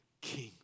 king